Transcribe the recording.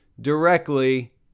directly